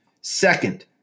Second